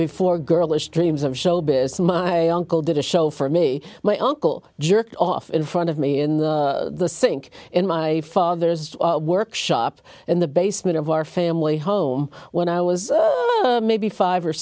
before girlish dreams of showbiz my uncle did a show for me my uncle jerked off in front of me in the sink in my father's workshop in the basement of our family home when i was maybe five or